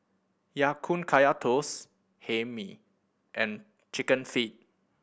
Ya Kun Kaya Toast Hae Mee and Chicken Feet